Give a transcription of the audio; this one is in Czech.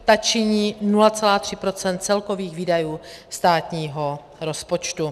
Ta činí 0,3 % celkových výdajů státního rozpočtu.